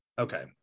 Okay